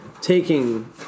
taking